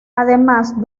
además